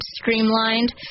streamlined